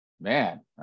Man